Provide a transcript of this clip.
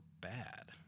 bad